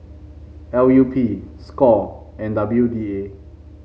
L U P Score and W D A